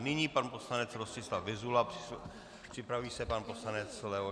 Nyní pan poslanec Rostislav Vyzula a připraví se pan poslanec Leoš Heger.